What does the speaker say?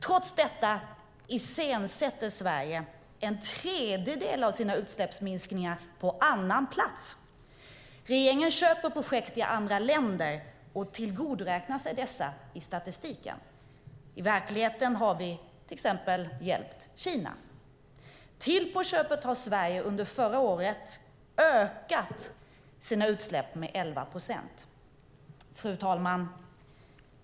Trots det iscensätter Sverige en tredjedel av sina utsläppsminskningar på annan plats. Regeringen köper projekt i andra länder och tillgodoräknar sig dessa i statistiken. I verkligheten har vi till exempel hjälpt Kina. Till på köpet har Sverige under förra året ökat sina utsläpp med 11 procent.